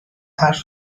حرف